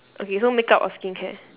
okay so makeup or skincare